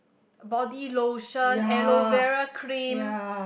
body lotion aloe vera cream